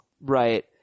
Right